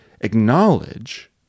acknowledge